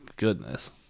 Goodness